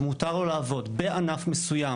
שמותר לו לעבוד בענף מסוים,